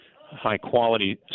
high-quality